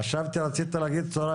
צהרים